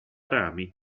rami